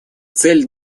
цель